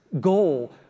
goal